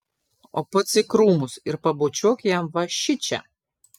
o pats į krūmus ir pabučiuok jam va šičia